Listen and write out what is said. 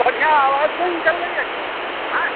बढ़िआँ आवाज नहि जनलैया कि आइ